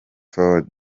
for